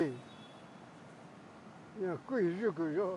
Kui ña kui yuku yó